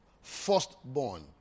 Firstborn